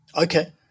Okay